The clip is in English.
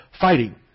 fighting